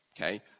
Okay